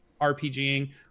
RPGing